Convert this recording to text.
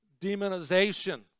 demonization